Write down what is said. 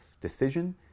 decision